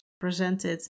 presented